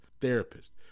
therapist